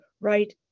right